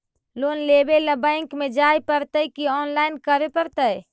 Loan लेवे ल bank में जाय पड़तै कि औनलाइन करे पड़तै?